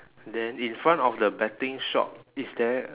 then in front of the betting shop is there